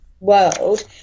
World